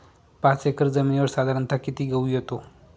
पाच एकर जमिनीवर साधारणत: किती गहू येतो?